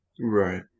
Right